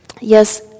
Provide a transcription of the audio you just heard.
Yes